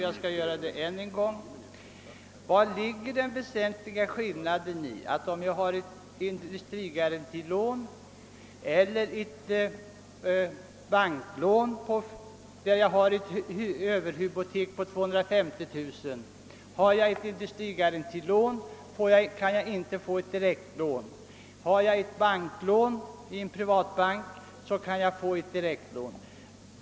Jag upprepar frågan: Vari ligger den väsentliga skillnaden i om jag har ett industrigarantilån eller ett privat banklån med ett överhypotek på 250 000 kronor? Har jag ett garantilån kan jag inte få ett direktlån, men om jag har ett lån i en privat bank kan jag få ett direktlån.